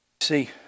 See